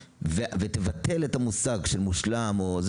ותבטל את המושג מושלם וכולי.